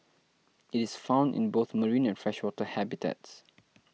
it is found in both marine and freshwater habitats